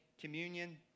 communion